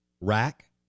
rack